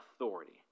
authority